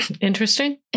interesting